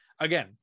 again